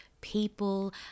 people